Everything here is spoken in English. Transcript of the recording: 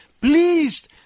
Please